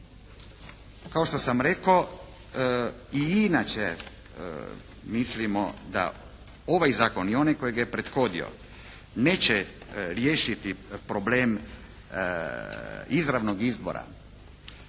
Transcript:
Kao što sam rekao i inače mislimo da ovaj Zakon i onaj koji ga je prethodio neće riješiti problem izravnog izbora